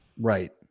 Right